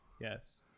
Yes